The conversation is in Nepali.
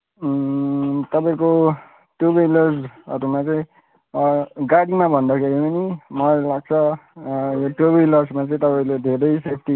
तपाईँको टू विलर्सहरूमा चाहिँ गाडीमा भन्दाखेरि पनि मलाई लाग्छ टू विलर्समा चाहिँ तपाईँले धेरै सेफ्टी